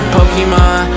Pokemon